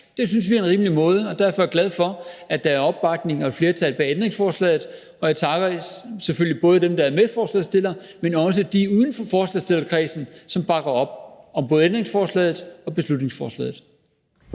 Det synes vi er en rimelig måde, og derfor er jeg glad for, at der er opbakning til og et flertal bag ændringsforslaget, og jeg takker selvfølgelig både dem, der er medforslagsstillere, men også dem uden for forslagsstillerkredsen, som bakker op om både ændringsforslaget og beslutningsforslaget.